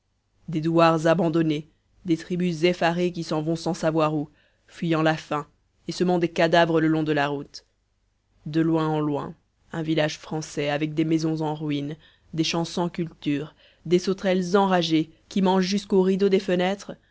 des douars abandonnés des tribus effarées qui s'en vont sans savoir où fuyant la faim et semant des cadavres le long de la route de loin en loin un village français avec des maisons en ruine des champs sans culture des sauterelles enragées qui mangent jusqu'aux rideaux des fenêtres